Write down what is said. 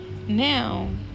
Now